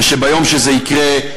ושביום שזה יקרה,